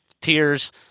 tears